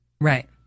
Right